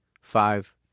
five